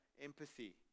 Empathy